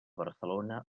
barcelona